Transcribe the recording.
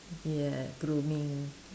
yeah grooming